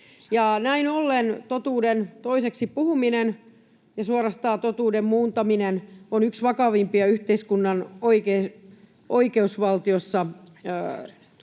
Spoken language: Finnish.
Näin ollen totuuden toiseksi puhuminen ja suorastaan totuuden muuntaminen on yksi vakavimpia yhteiskunnassa ja oikeusvaltiossa ilmeneviä